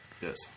Yes